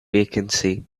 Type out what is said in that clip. vacancy